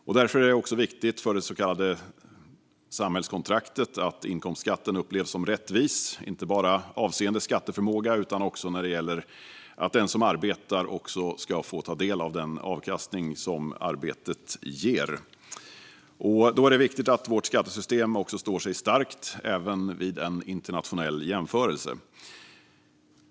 Det är därför viktigt för det så kallade samhällskontraktet att inkomstskatten upplevs som rättvis, inte bara avseende skatteförmåga utan också när det gäller att den som arbetar ska få ta del av den avkastning som arbetet ger. Det är viktigt att vårt skattesystem står sig starkt, även vid en internationell jämförelse.